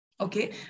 Okay